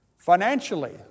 Financially